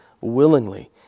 willingly